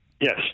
Yes